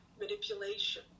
manipulation